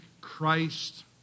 Christ